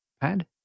pad